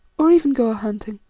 or even go a-hunting?